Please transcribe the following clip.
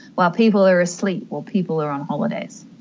while people are asleep, while people are on holidays.